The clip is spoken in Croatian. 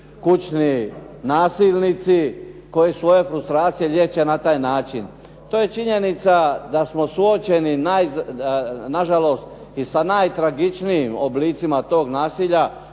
kućni nasilnici, koji svoje frustracije liječe na taj način. To je činjenica da smo suočeni na žalost i sa najtragičnijim oblicima tog nasilja,